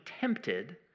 tempted